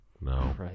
No